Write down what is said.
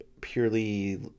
purely